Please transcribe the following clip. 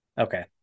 Okay